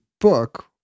book